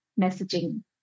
messaging